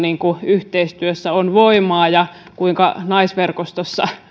yhteistyössä on voimaa ja kuinka naisverkostossa